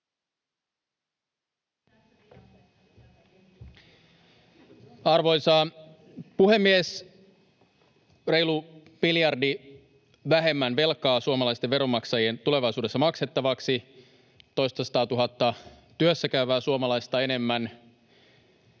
Arvoisa puhemies! Reilu miljardi vähemmän velkaa suomalaisten veronmaksajien tulevaisuudessa maksettavaksi, toistasataatuhatta työssäkäyvää suomalaista enemmän,